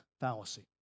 fallacy